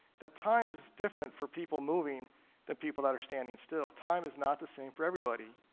that time is different for people moving than people that are standing still, time is not the same for everybody,